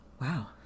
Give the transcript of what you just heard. Wow